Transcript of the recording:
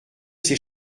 c’est